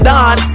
Don